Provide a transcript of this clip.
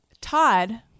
Todd